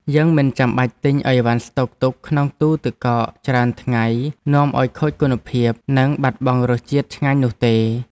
យើងមិនចាំបាច់ទិញអីវ៉ាន់ស្តុកទុកក្នុងទូទឹកកកច្រើនថ្ងៃនាំឱ្យខូចគុណភាព និងបាត់បង់រសជាតិឆ្ងាញ់នោះទេ។